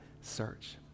search